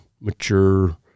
mature